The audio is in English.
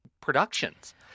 productions